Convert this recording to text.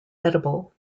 edible